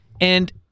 and-